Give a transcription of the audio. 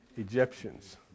Egyptians